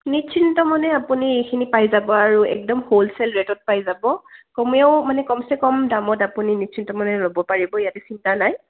নিশ্চিন্ত মনে আপুনি এইখিনি পাই যাব আৰু একদম হ'লচেল ৰেটত পাই যাব কমেও মানে কমচে কম দামত আপুনি নিশ্চিন্ত মানে ল'ব পাৰিব ইয়াতে চিন্তা নাই